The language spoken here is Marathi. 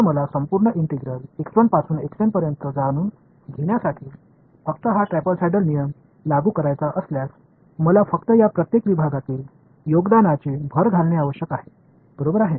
तर मला संपूर्ण इंटिग्रल पासून पर्यंत जाणून घेण्यासाठी फक्त हा ट्रॅपीझोइडल नियम लागू करायचा असल्यास मला फक्त या प्रत्येक विभागातील योगदानाची भर घालणे आवश्यक आहे बरोबर आहे